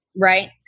Right